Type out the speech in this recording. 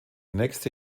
nächste